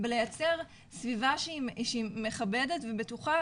בלייצר סביבה שהיא מכבדת ובטוחה,